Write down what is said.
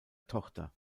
tochter